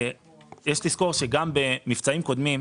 יש לזכור שגם במבצעים קודמים,